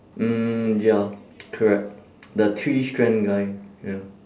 mm ya correct the three strand guy ya